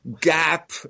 Gap